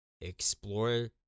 explore